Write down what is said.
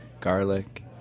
garlic